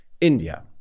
India